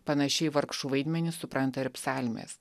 panašiai vargšų vaidmenis supranta ir psalmės